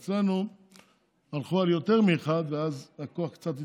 אצלנו הלכו על יותר מאחד, ואז הכוח קצת התפצל.